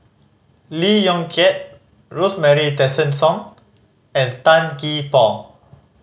Lee Yong Kiat Rosemary Tessensohn and Tan Gee Paw